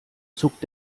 zuckt